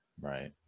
right